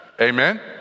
amen